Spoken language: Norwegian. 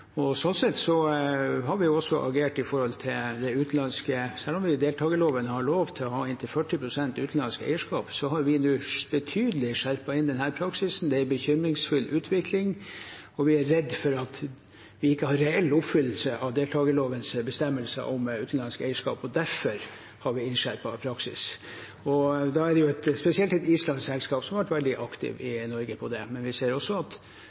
Selv om det i deltakerloven er lov å ha inntil 40 pst. utenlandsk eierskap, har vi nå betydelig skjerpet inn den praksisen. Det er en bekymringsfull utvikling, og vi er redd for at vi ikke har reell oppfyllelse av deltakerlovens bestemmelser om utenlandsk eierskap. Derfor har vi innskjerpet praksisen. Det er spesielt et islandsk selskap som har vært veldig aktiv i Norge. Men vi ser også at